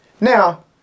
Now